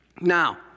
now